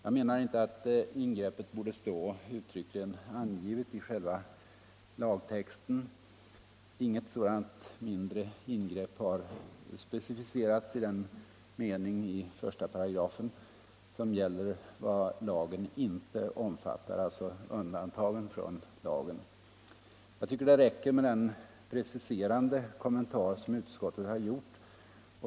Jag menade inte att ingreppet borde stå uttryckligen angivet i själva lagtexten — inget sådant mindre ingrepp har specificerats i den mening i 1§ som gäller vad lagen inte omfattar, alltså undantagen från lagen. Jag tycker att det räcker med den preciserande kommentar som utskottet gjort.